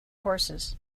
horses